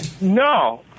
No